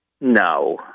No